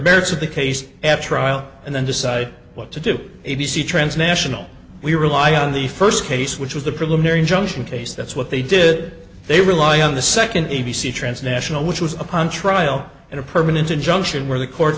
merits of the case after trial and then decide what to do a b c transnational we rely on the first case which was the preliminary injunction case that's what they did they rely on the second a b c transnational which was upon trial and a permanent injunction where the court